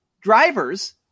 driver's